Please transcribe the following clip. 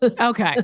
Okay